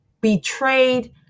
betrayed